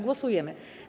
Głosujemy.